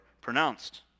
pronounced